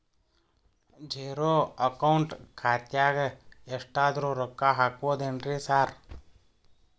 Zero account ಖಾತ್ಯಾಗ ಎಷ್ಟಾದ್ರೂ ರೊಕ್ಕ ಹಾಕ್ಬೋದೇನ್ರಿ ಸಾರ್?